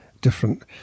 different